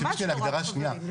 ממש לא רק חברים.